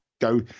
go